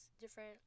different